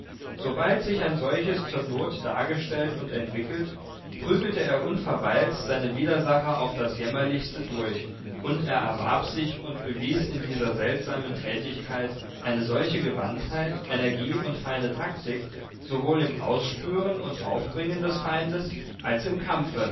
sobald sich ein solches zur not dargestellt und entwickelt prügelte er unverweilt seine widersacher auf das jämmerlichste durch und er erwarb sich und bewies in dieser seltsamen tätigkeit eine solche gewandtheit energie und feine taktik sowohl im ausspüren und aufbringen des feindes als im kampfe